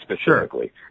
specifically